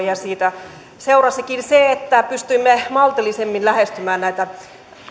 ja siitä seurasikin se että pystymme maltillisemmin lähestymään näitä